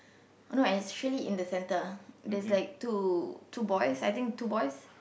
uh no actually in the centre there's like two two boys I think two boys